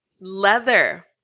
leather